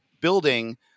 building